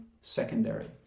secondary